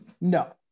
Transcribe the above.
no